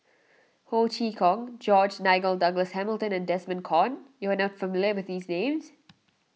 Ho Chee Kong George Nigel Douglas Hamilton and Desmond Kon you are not familiar with these names